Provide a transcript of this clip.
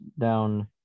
down